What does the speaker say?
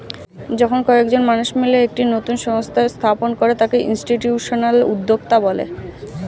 যখন কয়েকজন মানুষ মিলে একটা নতুন সংস্থা স্থাপন করে তাকে ইনস্টিটিউশনাল উদ্যোক্তা বলে